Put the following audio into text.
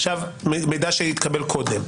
עכשיו מידע שהתקבל קודם,